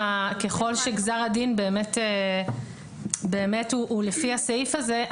כאשר אז יש כפל עונש וככל שגזר הדין באמת הוא לפי הסעיף הזה,